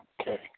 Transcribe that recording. Okay